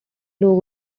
logo